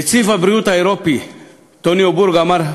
נציב הבריאות האירופי טוניו בורג אמר,